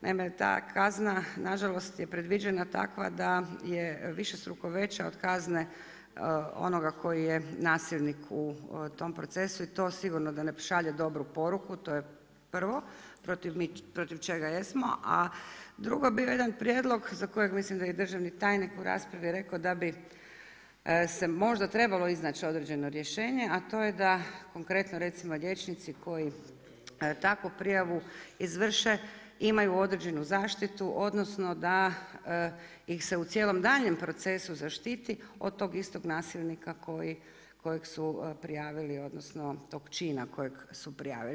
Naime, ta kazna nažalost je predviđena takva da je višestruko veća od kazne onoga koji je nasilnik u tom procesu i to sigurno da ne šalje dobru poruku, to je prvo, protiv čega jesmo, a drugo bi bio jedan prijedlog, za kojeg mislim da i državni tajnik u raspravi rekao, da bi se možda trebalo iznaći određeno rješenje, a to je da konkretno recimo, liječnici koji takvu prijavu izvrše imaju određenu zaštitu, odnosno da ih se u cijelom daljem procesu zaštiti od tog istog nasilnika kojeg su prijavili, odnosno tog čina kojeg su prijavili.